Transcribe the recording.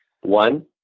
One